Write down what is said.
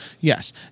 Yes